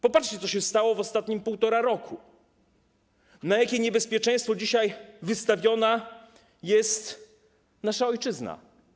Popatrzcie, co się stało w ciągu ostatniego półtora roku, na jakie niebezpieczeństwo dzisiaj wystawiona jest nasza ojczyzna.